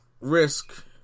risk